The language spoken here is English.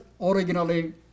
originally